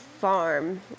farm